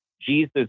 Jesus